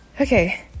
Okay